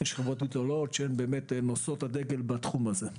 יש חברות גדולות שהן נושאות הדגל בתחום הזה.